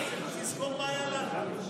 תזכור מה היה לנו.